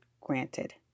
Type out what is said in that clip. granted